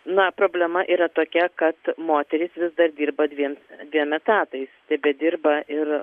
na problema yra tokia kad moteris vis dar dirba dviem dviem etatais tebedirba ir